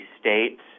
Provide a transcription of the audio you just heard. states